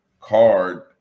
card